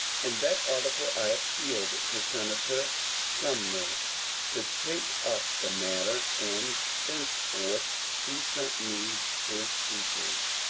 in that article i appealed to senator sunmer to take up the matter, and thenceforth he sent me his speeches.